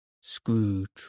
Scrooge